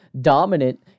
dominant